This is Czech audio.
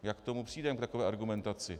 Jak k tomu přijdeme, k takové argumentaci?